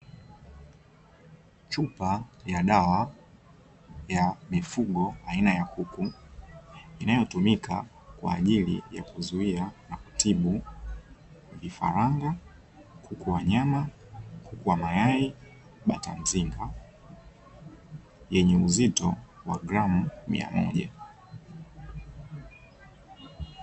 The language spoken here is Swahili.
Chupa ya dawa ya mifugo aina ya kuku. Inayotumika kwa ajili ya kuzuia na kutibu vifaranga, kuku wa nyama, kuku wa mayai, bata mzinga; yenye uzito wa gramu mia moja.